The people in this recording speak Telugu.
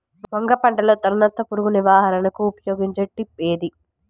వంగ పంటలో తలనత్త పురుగు నివారణకు ఉపయోగించే ట్రాప్ ఏది?